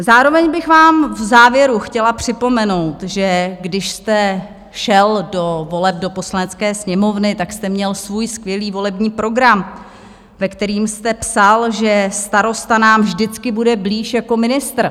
Zároveň bych vám v závěru chtěla připomenout, že když jste šel do voleb do Poslanecké sněmovny, tak jste měl svůj skvělý volební program, ve kterém jste psal, že starosta nám vždycky bude blíž jako ministr.